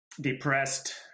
depressed